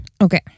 Okay